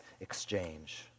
exchange